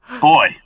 boy